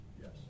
Yes